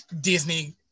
disney